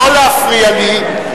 לא להפריע לי.